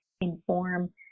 inform